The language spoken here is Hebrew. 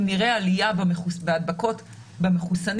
אם נראה עלייה בהדבקות במחוסנים,